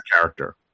character